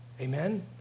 Amen